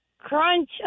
Crunch